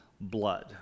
blood